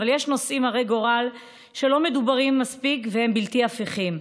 אבל יש נושאים הרי גורל שלא מדוברים מספיק והם בלתי הפיכים.